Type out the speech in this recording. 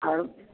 और